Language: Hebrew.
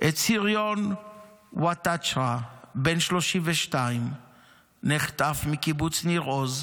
את סריון וואטצ'רה, בן 32. נחטף מקיבוץ ניר עוז,